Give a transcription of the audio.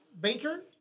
Baker